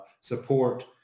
support